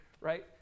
right